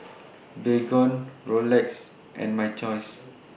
Baygon Rolex and My Choice